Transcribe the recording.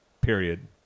Period